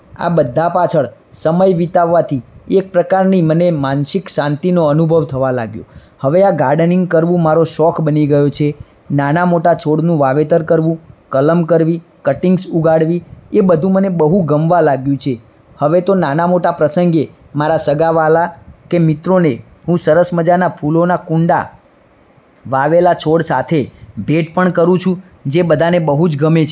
આ બધા પાછળ સમય વિતાવવાથી એક પ્રકારની મને માનસિક શાંતિનો મને અનુભવ થવા લાગ્યો હવે આ ગાર્ડનીંગ કરવું મારો શોખ બની ગયો છે નાના મોટા છોડનું વાવેતર કરવું કલમ કરવી કટિંગ્સ ઉગાડવી એ બધું મને બહુ ગમવા લાગ્યું છે હવે તો નાના મોટા પ્રસંગે મારા સગા વ્હાલા કે મિત્રોને હું સરસ મજાના ફૂલોના કુંડા વાવેલા છોડ સાથે ભેટ પણ કરું છું જે બધાને બહુ જ ગમે છે